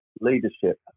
leadership